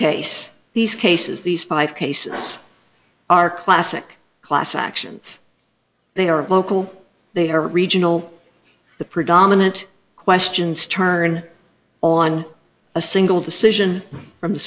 case these cases these five cases are classic class actions they are local they are regional the predominant questions turn on a single decision from the